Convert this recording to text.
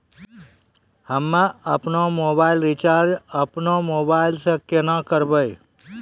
हम्मे आपनौ mobile recharge आपनौ मोबाइल से केना करवै?